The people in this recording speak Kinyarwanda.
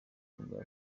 nibwo